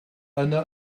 yno